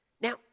Now